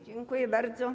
Dziękuję bardzo.